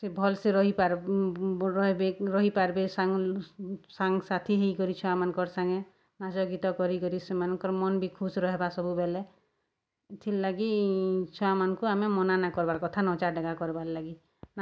ସେ ଭଲ୍ସେ ରହିପାର୍ବେ ରହେବେ ରହିପାର୍ବେ ସାଙ୍ଗ୍ ସାଙ୍ଗ୍ସାଥି ହେଇକରି ଛୁଆମାନ୍ଙ୍କର୍ ସାଙ୍ଗେ ନାଚ ଗୀତ କରିକରି ସେମାନ୍ଙ୍କର୍ ମନ୍ ବି ଖୁସ୍ ରହେବା ସବୁବେଲେ ଇଥିର୍ ଲାଗି ଛୁଆମାନ୍ଙ୍କୁ ଆମେ ମନାନାଏ କର୍ବାର୍ କଥା ନଚା ଡେଗା କର୍ବାର୍ ଲାଗି